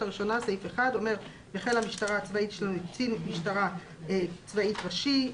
"תוספת ראשונה (סעיף 1) חיל המשטרה הצבאית קצין משטרה צבאית הראשי,